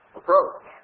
approach